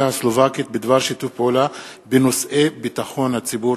הסלובקית בדבר שיתוף פעולה בנושאי ביטחון הציבור.